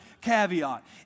caveat